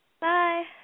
Bye